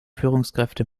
führungskräfte